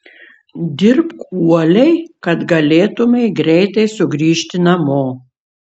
dirbk uoliai kad galėtumei greitai sugrįžti namo